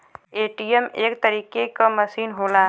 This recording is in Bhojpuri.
ए.टी.एम एक तरीके क मसीन होला